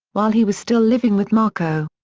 while he was still living with markoe.